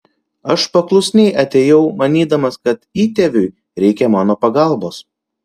aš paklusniai atėjau manydamas kad įtėviui reikia mano pagalbos